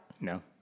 No